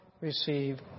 receive